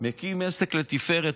מקים עסק לתפארת,